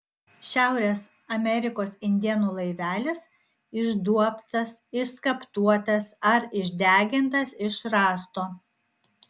šiaurės amerikos indėnų laivelis išduobtas išskaptuotas ar išdegintas iš rąsto